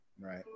Right